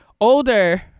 older